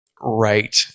right